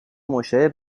مشتری